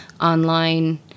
online